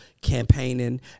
campaigning